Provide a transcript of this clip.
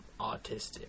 autistic